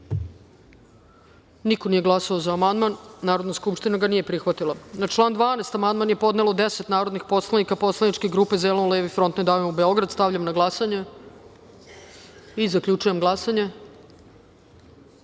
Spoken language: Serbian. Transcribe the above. niko nije glasao za amandman, Narodna skupština ga nije prihvatila. Na član 12. amandman je podnelo deset narodnih poslanika poslaničke grupe Zeleno-levi front – Ne davimo Beograd. Stavljam na glasanje. Zaključujem glasanje: